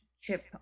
chip